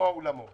האולמות